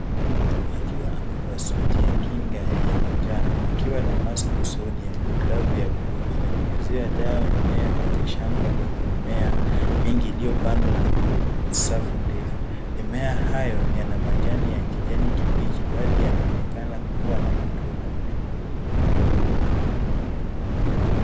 Mtu akiwa amevaa suti ya kinga ya manjano akiwa na Mask usoni, ana glavu ya bluu. Ananyunyuzia dawa mimea kwenye shamba lenye mimea mingi iliyopandwa na safu ndefu. Mimea hayo yana majani ya kijani kibichi baadhi yanaonekana kuwa na matunda.